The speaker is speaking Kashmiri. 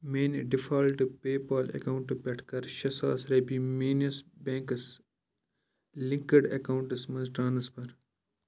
میٛانہِ ڈِفالٹہٕ پے پال اَکاونٛٹہٕ پٮ۪ٹھٕ کَر شےٚ ساس رۄپیہِ میٛٲنِس بیٚنٛکَس لِنکٕڈ اَکاونٹَس مَنٛز ٹرٛانٕسفر